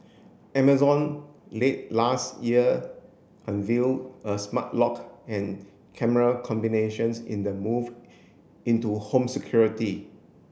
Amazon late last year unveil a smart lock and camera combinations in a move into home security